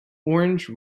orange